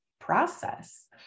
process